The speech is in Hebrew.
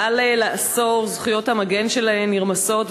זה למעלה מעשור זכויות המגן שלהן נרמסות,